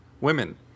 women